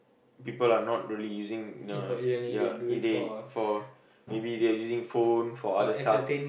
people are not really using uh ya they for maybe they using phone for other stuff